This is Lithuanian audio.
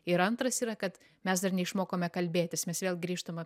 ir antras yra kad mes dar neišmokome kalbėtis mes vėl grįžtama